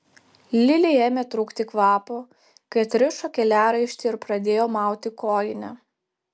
lilei ėmė trūkti kvapo kai atrišo keliaraištį ir pradėjo mauti kojinę